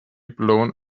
blown